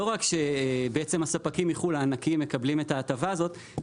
לא רק שהספקים הענקיים מחו"ל מקבלים את ההטבה הזאת אלא